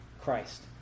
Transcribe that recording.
Christ